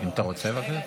אם אתה רוצה, בבקשה.